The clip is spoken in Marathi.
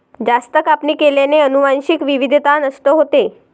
जास्त कापणी केल्याने अनुवांशिक विविधता नष्ट होते